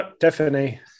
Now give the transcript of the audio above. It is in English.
Tiffany